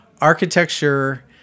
Architecture